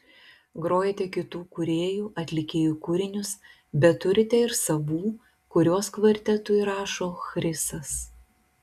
grojate kitų kūrėjų atlikėjų kūrinius bet turite ir savų kuriuos kvartetui rašo chrisas